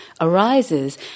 arises